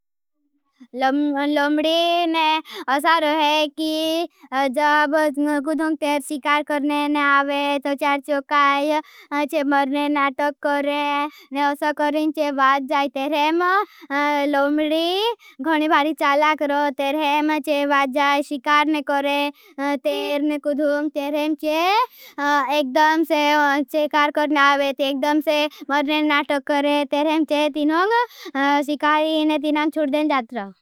लोम्डी ने असार है। कि जब कुद्धूंग तेर शिकार करने ने आवे। तो चार चोकाई चे मरने नाठक करे ने असा करें चे। बात जाई तेर हेम लोम्डी घणिभारी चाला करो। तेर हेम चे बात जाई तेर शिकार ने करे। तेर ने कुद्धूंग तेर हेम चे एकड़म से शिकार करने आवे ते एकड़म से मरने नाठक करे। तेर हेम चे तिनोंगग शिकारी ने तिनांग छुट देन जात्र।